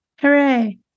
Hooray